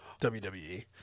WWE